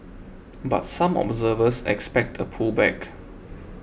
but some observers expect a pullback